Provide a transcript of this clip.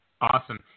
Awesome